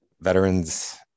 veterans